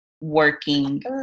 working